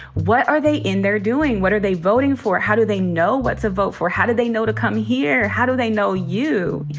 what are they in there doing? what are they voting for? how do they know what to vote for how do they know to come here? how do they know you?